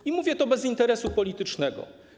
I mówię to bez interesu politycznego.